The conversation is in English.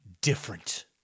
different